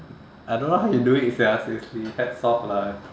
I don't know how he do it sia seriously hats off lah